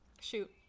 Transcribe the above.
Shoot